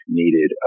needed